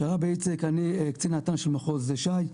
את"ן של מחוז ש"י.